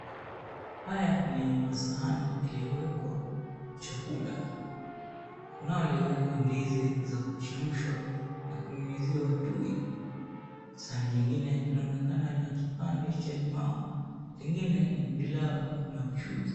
Haya ni masahani yaliyowekwa chakula. Kunao uliowekwa ndizi za kuchemshwa na kunyunyuziwa tui. Sahani jingine inaonekana lina kipande cha limau, lingine ni pilau na mchuzi.